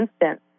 instance